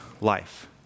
life